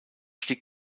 stieg